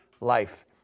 life